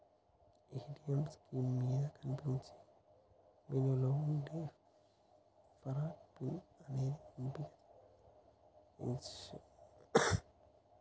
ATM screen మీద కనిపించే మెనూలో వుండే ఫర్గాట్ పిన్ అనే ఎంపికను ఎంచుకొండ్రి